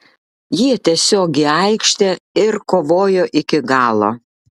jie tiesiog į aikštę ir kovojo iki galo